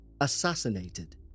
assassinated